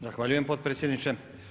Zahvaljujem potpredsjedniče.